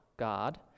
God